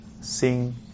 Sing